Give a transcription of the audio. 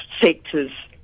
sectors